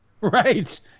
Right